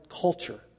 culture